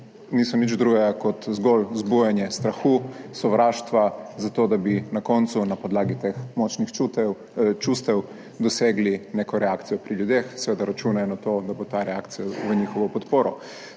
niso nič drugega kot zgolj vzbujanje strahu, sovraštva za to, da bi na koncu na podlagi teh močnih čustev, čustev dosegli neko reakcijo pri ljudeh seveda računajo na to, da bo ta reakcija v njihovo podporo.